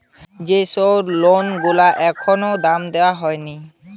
যে সব লোন গুলার এখনো দাম দেওয়া হয়নি